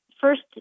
first